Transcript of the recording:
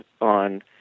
on